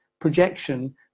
projection